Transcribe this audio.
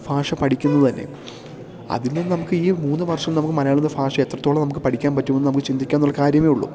ഭാഷ പഠിക്കുന്നത് തന്നെ അതിൽ നിന്ന് നമുക്ക് ഈ മൂന്ന് വർഷം നമുക്ക് മലയാളമെന്ന ഭാഷ എത്രത്തോളം നമുക്ക് പഠിക്കാൻ പറ്റുമെന്ന് നമുക്ക് ചിന്തിക്കാന്നുള്ള കാര്യമേ ഉള്ളു